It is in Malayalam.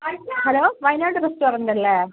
ഹലോ വയനാട് റെസ്റ്റോറെൻറ്റ് അല്ലേ